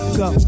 go